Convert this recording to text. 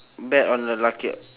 bet on the lucky